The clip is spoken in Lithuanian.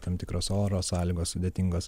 tam tikros oro sąlygos sudėtingos